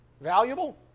valuable